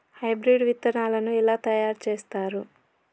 Hybrid విత్తనాలను ఎలా తయారు చేస్తారు?